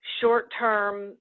short-term